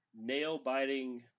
nail-biting